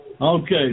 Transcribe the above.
Okay